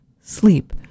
sleep